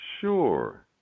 Sure